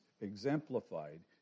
exemplified